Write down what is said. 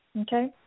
Okay